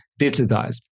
digitized